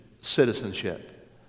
citizenship